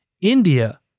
india